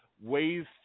ways